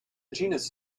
genus